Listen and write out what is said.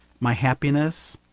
my happiness,